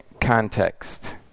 context